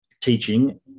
teaching